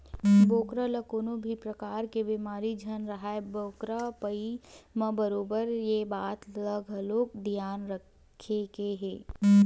बोकरा ल कोनो भी परकार के बेमारी झन राहय बोकरा पलई म बरोबर ये बात ल घलोक धियान रखे के हे